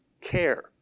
care